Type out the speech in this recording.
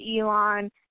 Elon